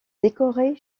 décorée